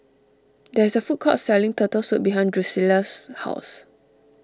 there is a food court selling Turtle Soup behind Drusilla's house